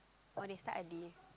oh they start early